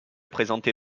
présenté